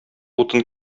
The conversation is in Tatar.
утын